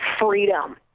freedom